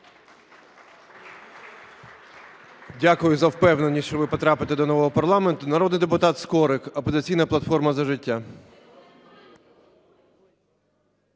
Дякую за впевненість, що ви потрапите до нового парламенту. Народний депутата Скорик, "Опозиційна платформа – За життя".